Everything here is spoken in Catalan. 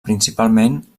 principalment